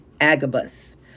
Agabus